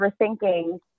overthinking